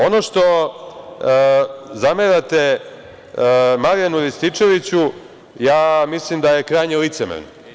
Ono što zamerate Marijanu Rističeviću, ja mislim da je krajnje licemerno.